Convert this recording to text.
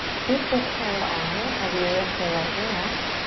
keep this turned on as you lift the right knee up.